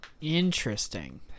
Interesting